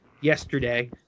yesterday